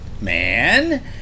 man